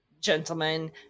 gentlemen